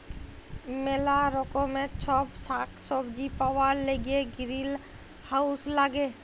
ম্যালা রকমের ছব সাগ্ সবজি পাউয়ার ল্যাইগে গিরিলহাউজ ল্যাগে